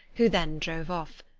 who then drove off.